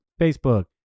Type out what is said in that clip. Facebook